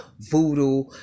voodoo